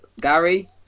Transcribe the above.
Gary